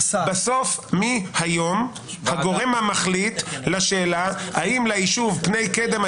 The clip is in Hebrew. מי בסוף היום הגורם המחליט לשאלה האם ליישוב פני קדם,